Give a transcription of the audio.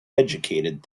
educated